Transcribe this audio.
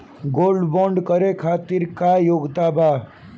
Gold bond करे खातिर का योग्यता बा?